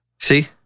See